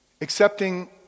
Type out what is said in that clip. accepting